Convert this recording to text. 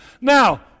Now